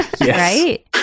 right